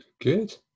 Good